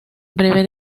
breve